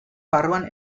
barruan